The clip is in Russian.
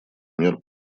мер